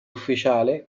ufficiale